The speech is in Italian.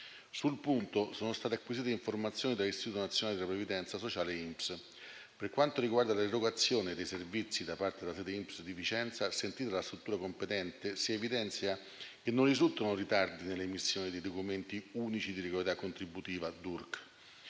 Sul punto sono state acquisite informazioni dall'Istituto nazionale della previdenza sociale (INPS). Per quanto riguarda l'erogazione dei servizi da parte della sede INPS di Vicenza, sentita la struttura competente, si evidenzia che non risultano ritardi nelle emissioni dei documenti unici di regolarità contributiva (DURC);